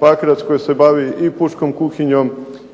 Pakrac koje se bavi i pučkom kuhinjom